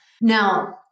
Now